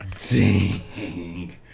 Ding